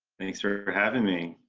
thanks for for having me.